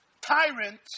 tyrant